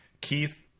Keith